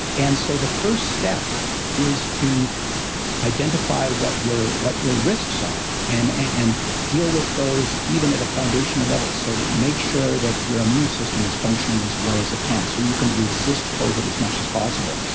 and so, the first step is to identify what your what your risks are, and and deal with those, even at a foundational level so that you make sure that your immune system is functioning as well as it so you can resist covid as much as possible.